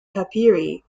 papyri